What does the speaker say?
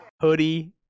hoodie